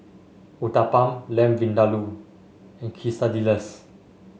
Uthapam Lamb Vindaloo and Quesadillas